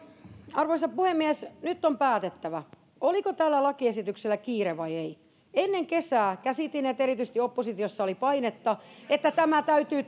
arvoisa puhemies nyt on päätettävä oliko tällä lakiesityksellä kiire vai ei ennen kesää käsitin että erityisesti oppositiossa oli painetta että tämä täytyy